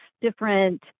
different